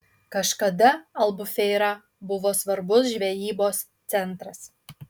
kažkada albufeira buvo svarbus žvejybos centras